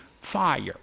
fire